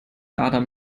adam